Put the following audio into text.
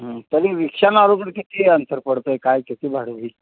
तरी रिक्षानं आलो तर किती अंतर पडतं आहे काय किती भाडं होईल